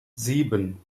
sieben